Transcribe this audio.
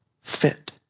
fit